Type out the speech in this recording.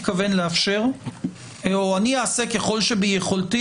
אני אעשה ככל שביכולתי,